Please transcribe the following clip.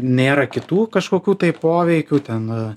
nėra kitų kažkokių tai poveikių ten